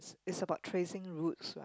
is about tracing roots